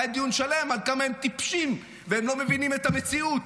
היה דיון שלם על כמה הם טיפשים והם לא מבינים את המציאות.